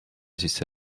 sisse